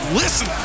listen